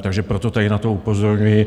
Takže proto tady na to upozorňuji.